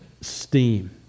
steam